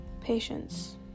patience